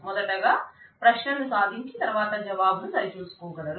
మొదటగా ప్రశ్న ను సాధించి తర్వాత జవాబు ను సరిచూసుకోగలరు